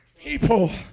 People